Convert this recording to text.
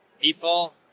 people